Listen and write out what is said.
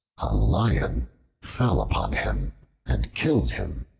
a lion fell upon him and killed him.